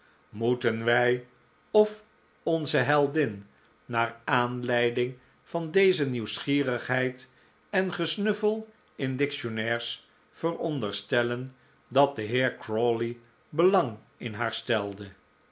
moeten wij of onze heldin naar aanleiding van deze nieuwsgierigheid en gesnuffel in dictionnaires veronderstellen dat de heer crawley belang in haar stelde